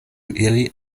iri